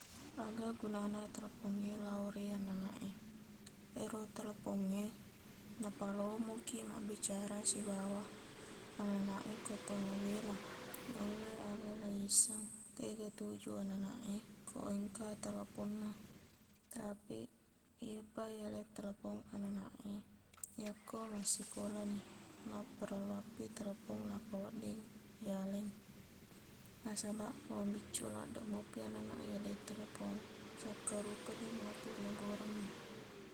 Aga gunana telpongnge lao ri ananak e ero telpongnge napalomokiq mabbicara sibawa ananak e koto mabela naulle aga leiyisseng tega tuju ananak e ko engka teleponna tapiq iyapa yaleng telepong ananak e yakko massikolani nappa roloangpi telepong nappa wedding yaleng nasabaq mabiccuq laddeq mopi ananak e yaleng telepong sakkarupani matuq nagorengngi